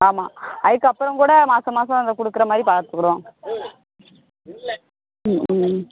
ஆமாம் அதுக்கப்பறம் கூட மாதம் மாதம் வந்து கொடுக்குற மாதிரி பார்த்துக்குடுவோம் ம் ம் ம்